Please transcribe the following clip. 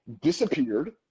disappeared